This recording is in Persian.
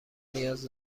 نیاز